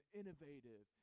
innovative